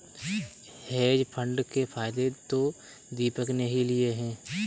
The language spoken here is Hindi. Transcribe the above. हेज फंड के फायदे तो दीपक ने ही लिए है